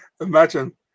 Imagine